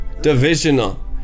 divisional